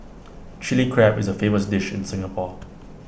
Chilli Crab is A famous dish in Singapore